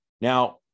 now